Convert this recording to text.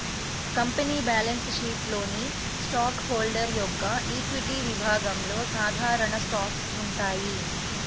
company balance షీట్లోని stockholder యొక్క equity విభాగంలో సాధారణ స్టాక్స్ ఉంటాయి